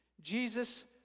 Jesus